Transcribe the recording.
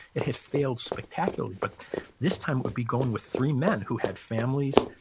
it had failed spectacularly. but this time it would be going with three men who had families,